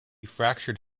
fractured